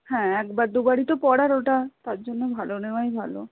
হ্যাঁ একবার দুবারই তো পরার ওটা তার জন্য ভালো নেওয়াই ভালো